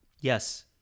yes